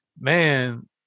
man